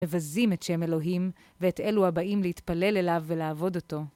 מבזים את שם אלוהים ואת אלו הבאים להתפלל אליו ולעבוד אותו.